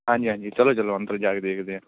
ਹਾਂਜੀ ਹਾਂਜੀ ਚੱਲੋ ਚੱਲੋ ਅੰਦਰ ਜਾ ਕੇ ਦੇਖਦੇੇ ਹਾਂ